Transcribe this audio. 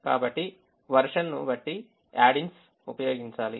కాబట్టి మీరు version ను బట్టి add ins ఉపయోగించాలి